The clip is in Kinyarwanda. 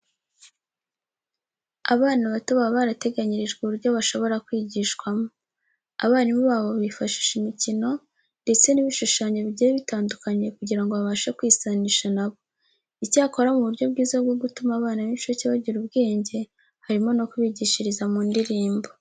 Abana bato baba barateganyirijwe uburyo bashobora kwigishwamo. Abarimu babo bifashisha imikino ndetse n'ibishushanyo bigiye bitandukanye kugira ngo babashe kwisanisha na bo. Icyakora mu buryo bwiza bwo gutuma abana b'inshuke bagira ubwenge harimo no kubigishiriza mu ndirimbo.